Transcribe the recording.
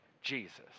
Jesus